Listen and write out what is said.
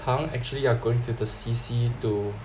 tongue actually you are going to the C_C to